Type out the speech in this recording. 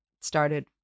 started